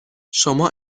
شما